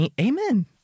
Amen